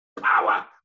Power